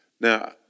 Now